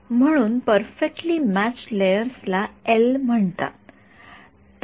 म्हणून perfectly matched layers ला L म्हणतात